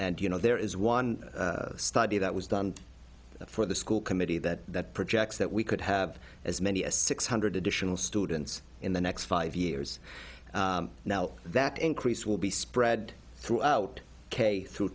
you know there is one study that was done for the school committee that projects that we could have as many as six hundred additional students in the next five years now that increase will be spread throughout k through